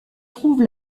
trouve